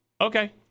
okay